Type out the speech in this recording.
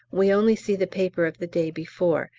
we only see the paper of the day before,